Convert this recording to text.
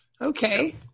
Okay